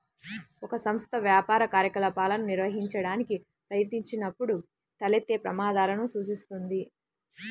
ఒక సంస్థ వ్యాపార కార్యకలాపాలను నిర్వహించడానికి ప్రయత్నించినప్పుడు తలెత్తే ప్రమాదాలను సూచిస్తుంది